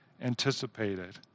anticipated